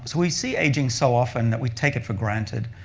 we see aging so often that we take it for granted,